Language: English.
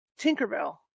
Tinkerbell